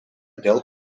dėl